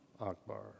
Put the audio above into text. Akbar